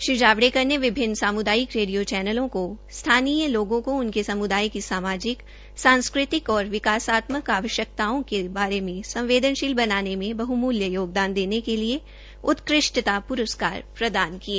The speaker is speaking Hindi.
श्री जावड़ेकर ने विभिन्न सामुदायिक रेडियो चैनलो को स्थानीय लोगों को उनके समूदाय को सामाजिक सांस्कृतिक और विकासात्मक आवश्क्तयाओं के बारे में संवदेनशील बनाने में बहमूल्य योगदान देने के लिए उत्कृष्टता प्रस्कार प्रदान किए